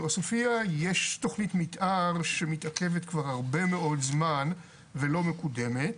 בעוספיה יש תכנית מתאר שמתעכבת כבר הרבה מאוד זמן ולא מקודמת.